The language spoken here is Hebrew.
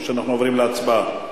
יש מה לומר או שאנחנו עוברים להצבעה?